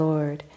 Lord